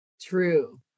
true